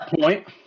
point